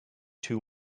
too